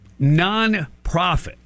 nonprofit